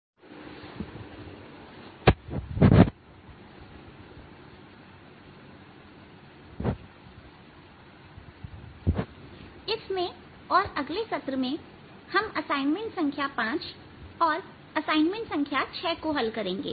assignment 5 समस्या 1 5 इसमें और अगले सत्र में हम असाइनमेंट संख्या पांच और असाइनमेंट संख्या 6 को हल करेंगे